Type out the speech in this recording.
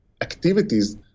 activities